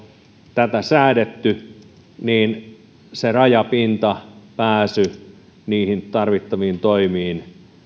tätä säädetty niin se rajapinta pääsy niihin tarvittaviin toimiin